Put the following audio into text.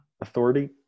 authority